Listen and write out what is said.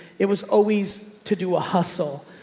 it was always to do a hustle.